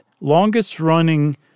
longest-running